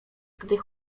kiedy